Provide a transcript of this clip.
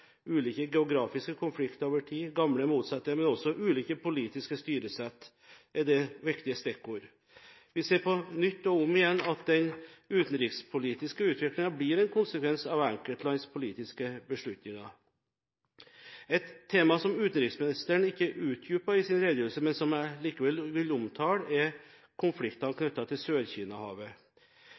ulike geografiske konflikter over tid, gamle motsetninger og også ulike politiske styresett er viktige stikkord. Vi ser på nytt at den utenrikspolitiske utviklingen blir en konsekvens av enkeltlands politiske beslutninger. Et tema som utenriksministeren ikke utdypet i sin redegjørelse, men som jeg likevel vil omtale, er konfliktene knyttet til